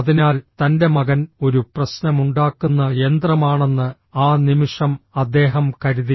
അതിനാൽ തന്റെ മകൻ ഒരു പ്രശ്നമുണ്ടാക്കുന്ന യന്ത്രമാണെന്ന് ആ നിമിഷം അദ്ദേഹം കരുതി